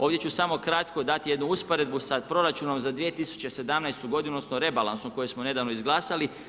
Ovdje ću samo kratko dati jednu usporedbu sa proračunom za 2017. godinu, odnosno rebalansom koji smo nedavno izglasali.